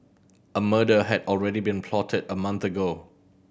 a murder had already been plotted a month ago